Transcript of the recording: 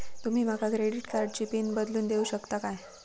तुमी माका क्रेडिट कार्डची पिन बदलून देऊक शकता काय?